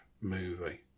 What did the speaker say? movie